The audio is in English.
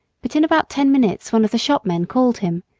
but in about ten minutes one of the shopmen called him,